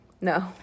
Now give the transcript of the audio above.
No